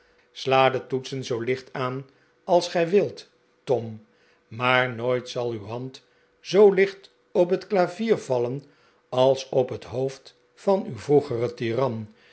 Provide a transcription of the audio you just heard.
sla de toetsen zoo licht aan als gij wilt tom maar nooit zal uw hand zoo lieht op het klavier vallen als op het hoofd van uw vroegeren tiran